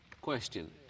question